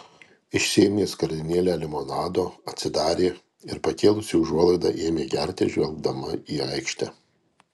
išsiėmė skardinėlę limonado atsidarė ir pakėlusi užuolaidą ėmė gerti žvelgdama į aikštę